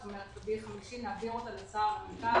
זאת אומרת שברביעי או חמישי נעביר אותה לשר ולמנכ"ל,